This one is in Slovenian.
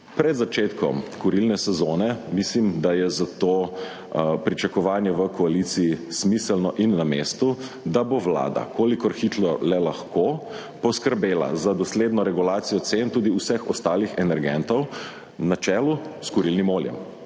Pred začetkom kurilne sezone mislim, da je zato pričakovanje v koaliciji smiselno in na mestu, da bo vlada, kolikor hitro le lahko, poskrbela tudi za dosledno regulacijo cen vseh ostalih energentov, s kurilnim oljem